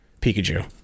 pikachu